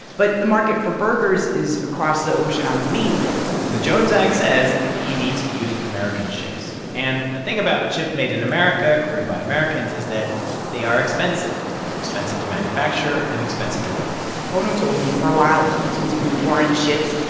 but the market for burgers is across the ocean, on the mainland and the jones act says he needs to use american ships. and the thing about ships made in america, crewed by americans, is that they are expensive. they're expensive to manufacture and expensive to run pono told me, for a while, he was using foreign ships.